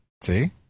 See